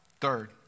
Third